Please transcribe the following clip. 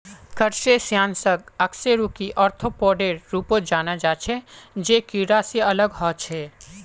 क्रस्टेशियंसक अकशेरुकी आर्थ्रोपोडेर रूपत जाना जा छे जे कीडा से अलग ह छे